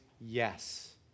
yes